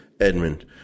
Edmund